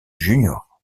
juniors